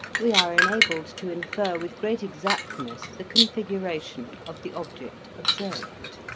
we are enabled to infer with great exactness the configuration of the object observed.